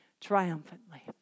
triumphantly